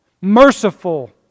merciful